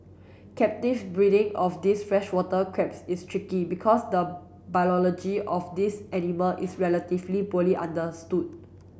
captive breeding of these freshwater crabs is tricky because the of these animal is relatively poorly understood